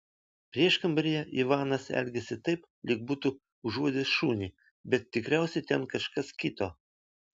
prieškambaryje ivanas elgėsi taip lyg būtų užuodęs šunį bet tikriausiai ten kažkas kito